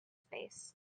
space